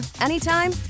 anytime